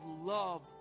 love